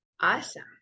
Awesome